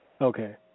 Okay